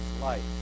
life